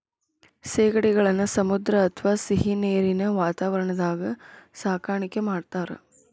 ಸೇಗಡಿಗಳನ್ನ ಸಮುದ್ರ ಅತ್ವಾ ಸಿಹಿನೇರಿನ ವಾತಾವರಣದಾಗ ಸಾಕಾಣಿಕೆ ಮಾಡ್ತಾರ